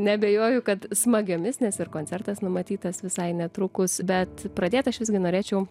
neabejoju kad smagiomis nes ir koncertas numatytas visai netrukus bet pradėti aš visgi norėčiau